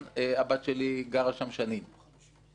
הבת שלי גרה שנים באלעזר.